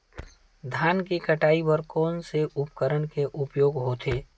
धान के कटाई बर कोन से उपकरण के उपयोग होथे?